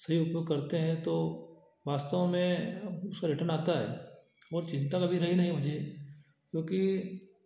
सही उपयोग करते हैं तो वास्तव में उसका रिटर्न आता है और चिंता कभी रही नहीं मुझे क्योंकि